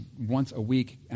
once-a-week